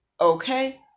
okay